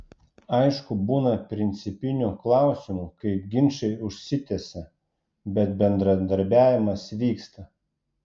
aišku būna principinių klausimų kai ginčai užsitęsia bet bendradarbiavimas vyksta